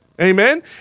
Amen